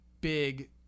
big